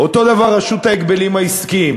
אותו דבר רשות ההגבלים העסקיים.